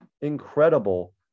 incredible